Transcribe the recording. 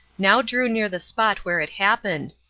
now drew near the spot where it happened,